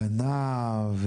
גנב,